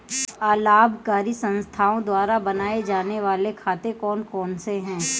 अलाभकारी संस्थाओं द्वारा बनाए जाने वाले खाते कौन कौनसे हैं?